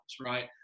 right